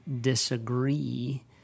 disagree